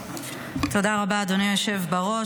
תודה רבה, אדוני היושב בראש.